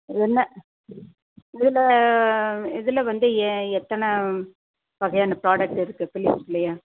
இதென்ன இதில் இதில் ஏன் எத்தனை வகையான புராடக்ட் இருக்கு